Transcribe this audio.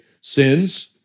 sins